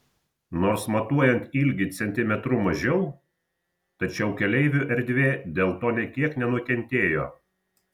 nors matuojant ilgį centimetrų mažiau tačiau keleivių erdvė dėl to nė kiek nenukentėjo